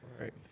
right